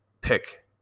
pick